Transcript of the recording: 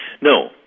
No